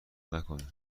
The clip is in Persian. نکنه